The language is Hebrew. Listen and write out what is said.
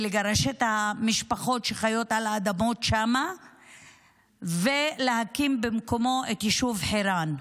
לגרש את המשפחות שחיות על האדמות שם ולהקים במקומו את היישוב חירן.